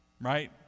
right